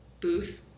booth